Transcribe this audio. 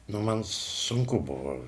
nu man sunku buvo